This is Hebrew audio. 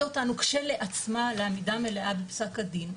אותנו כשלעצמה לעמידה מלאה בפסק הדין.